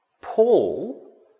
Paul